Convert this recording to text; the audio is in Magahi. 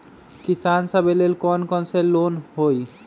किसान सवे लेल कौन कौन से लोने हई?